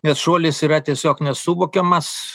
nes šuolis yra tiesiog nesuvokiamas